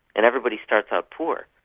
and everybody starts out poor.